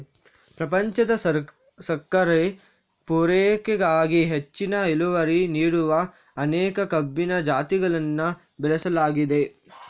ಪ್ರಪಂಚದ ಸಕ್ಕರೆ ಪೂರೈಕೆಗಾಗಿ ಹೆಚ್ಚಿನ ಇಳುವರಿ ನೀಡುವ ಅನೇಕ ಕಬ್ಬಿನ ಜಾತಿಗಳನ್ನ ಬೆಳೆಸಲಾಗಿದೆ